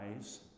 eyes